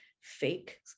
fake